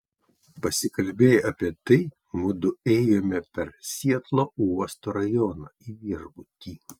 pasikalbėję apie tai mudu ėjome per sietlo uosto rajoną į viešbutį